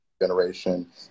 generation